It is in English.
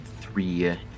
three